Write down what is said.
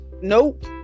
Nope